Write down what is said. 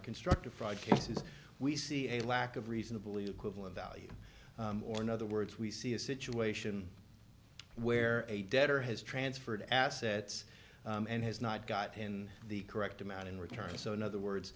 construct of fraud cases we see a lack of reasonably equivalent value or in other words we see a situation where a debtor has transferred assets and has not got in the correct amount in return so in other